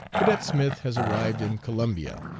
cadet smith has arrived in columbia.